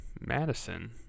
Madison